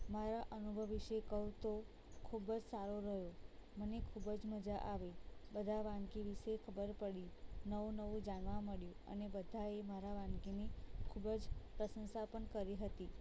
મારા અનુભવ વિષે કહું તો ખૂબ જ સારો રહ્યો મને ખૂબ જ મજા આવી બધા વાનગી વિષે ખબર પડી નવું નવું જાણવા મળ્યું અને બધાએ મારા વાનગીની ખૂબ જ પ્રશંસા પણ કરી હતી